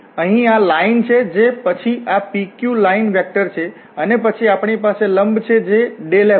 તેથી અહીં આ લાઈન છે અને પછી આ PQ લાઈન વેક્ટર છે અને પછી આપણી પાસે લંબ છે જે f છે